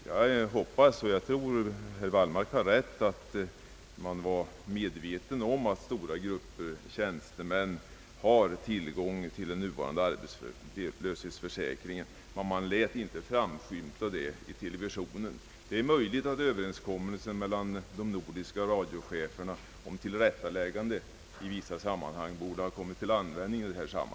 Jag hoppas och tror att herr Wallmark har rätt i att man inom högern var medveten om att stora grupper tjänstemän har tillgång till den nuvarande <=: arbetslöshetsförsäkringen. Men detta lät man inte framskymta i televisionen. Det är möjligt att överenskommelsen mellan de nordiska radiocheferna om tillrättaläggande i radio och TV i vissa sammanhang borde ha kommit till användning i detta fall.